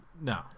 No